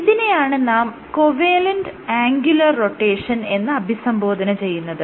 ഇതിനെയാണ് നാം covalent angular rotation എന്ന് അഭിസംബോധന ചെയ്യുന്നത്